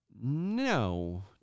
no